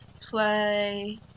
play